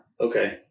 okay